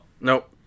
Nope